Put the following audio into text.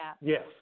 yes